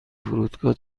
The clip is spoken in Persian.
فرودگاه